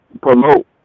promote